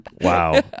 Wow